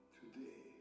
today